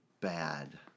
bad